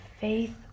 faith